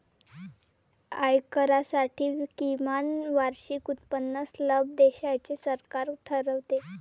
आयकरासाठी किमान वार्षिक उत्पन्न स्लॅब देशाचे सरकार ठरवते